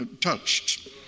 touched